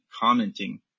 commenting